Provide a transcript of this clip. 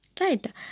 Right